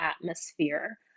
atmosphere